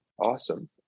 Awesome